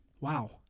wow